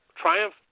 Triumph